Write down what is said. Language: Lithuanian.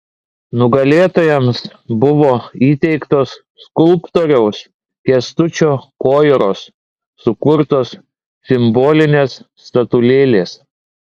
nugalėtojams buvo įteiktos skulptoriaus kęstučio koiros sukurtos simbolinės statulėlės